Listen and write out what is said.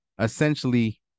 essentially